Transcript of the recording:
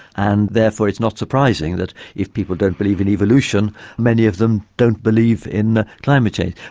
and therefore it's not surprising that if people don't believe in evolution many of them don't believe in climate change.